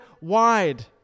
wide